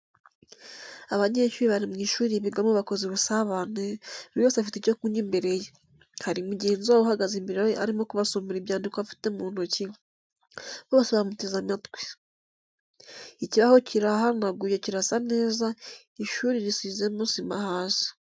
Abanyeshuri bari mu ishuri bigamo bakoze ubusabane, buri wese afite icyo kunywa imbere ye, hari mugenzi wabo uhagaze imbere urimo kubasomera inyandiko afite mu ntoki, bose bamuteze matwi. Ikibaho kirahanaguye kirasa neza, ishuri risizemo sima hasi.